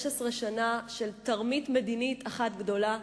15 שנה של תרמית מדינית אחת גדולה,